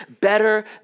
better